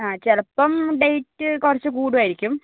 ആ ചിലപ്പം ഡേയ്റ്റ് കുറച്ച് കൂടുമായിരിക്കും